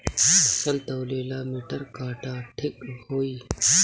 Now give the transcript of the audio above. फसल तौले ला मिटर काटा ठिक होही?